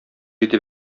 итеп